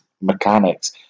mechanics